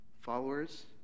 Followers